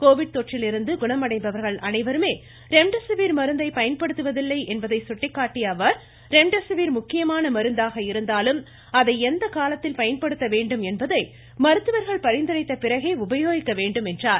Covid தொற்றிலிருந்து குணமடைபவர்கள் அனைவருமே ரெம்டெசிவிர் மருந்தை பயன்படுத்துவதில்லை என்பதை சுட்டிக்காட்டிய அவர் ரெம்டெசிவிர் முக்கியமான மருந்தாக இருந்தாலும் அதை எந்த காலத்தில் பயன்படுத்த வேண்டும் என்பதை மருத்துவர்கள் பரிந்துரைத்த பிறகே உபயோகிக்க வேண்டும் என்றார்